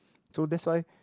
so that's why